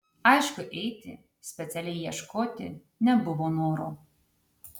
aišku eiti specialiai ieškoti nebuvo noro